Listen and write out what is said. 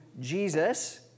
Jesus